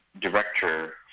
director